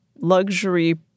luxury